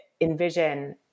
envision